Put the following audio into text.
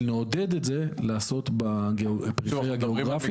נעודד את זה לעשות את זה בפריפריה הגיאוגרפית,